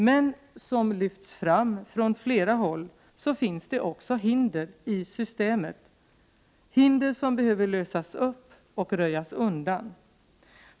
Men, som påpekats från flera håll, finns det också hinder i systemet, hinder som behöver lösas upp och röjas undan.